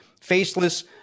faceless